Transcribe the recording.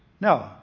No